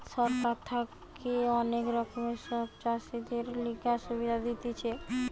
সরকার থাকে অনেক রকমের সব চাষীদের লিগে সুবিধা দিতেছে